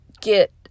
get